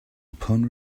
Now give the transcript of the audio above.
upon